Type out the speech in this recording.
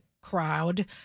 crowd